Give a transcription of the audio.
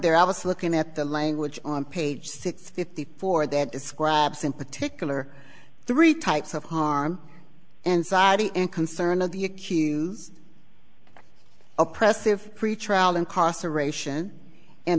there i was looking at the language on page six fifty four that describes in particular three types of harm and sadi and concern of the accused oppressive pretrial incarceration and